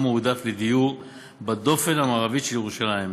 מועדף לדיור בדופן המערבית של ירושלים,